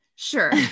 sure